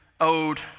owed